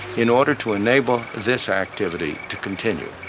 in order to enable this activity to continue.